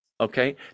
okay